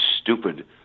stupid